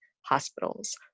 hospitals